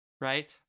right